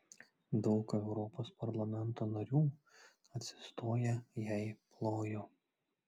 daug europos parlamento narių atsistoję jai plojo